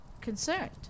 concerned